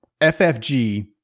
FFG